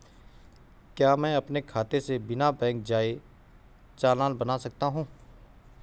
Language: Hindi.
क्या मैं अपने खाते से बिना बैंक जाए चालान बना सकता हूँ?